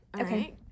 okay